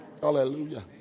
Hallelujah